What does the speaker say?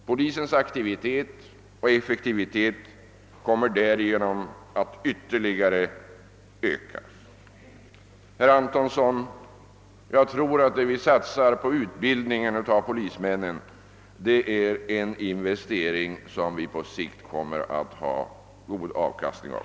Polisens aktivitet och effektivitet kommer därigenom att ytterligare öka. Jag tror, herr Anttonsson, att det vi satsar på utbildningen av polismännen är en investering som vi på sikt kommer att få god avkastning av.